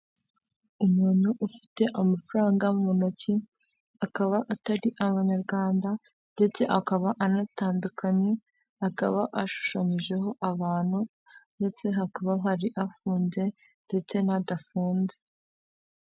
Umuntu ufite amafaranga mu ntoki, akaba atari amanyarwanda ndetse akaba anatandukanye, akaba ashushanyijeho abantu, ndetse hakaba hari afunze ndetse n'adafunze.